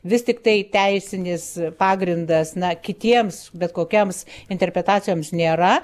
vis tiktai teisinis pagrindas na kitiems bet kokioms interpretacijoms nėra